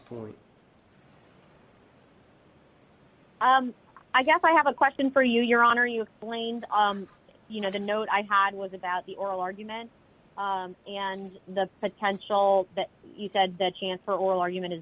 point i guess i have a question for you your honor you explained you know the note i had was about the oral argument and the potential that you said the chance for oral argument is